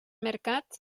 mercat